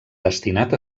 destinat